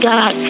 God